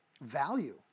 value